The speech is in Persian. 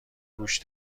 گوش